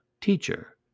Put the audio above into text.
Teacher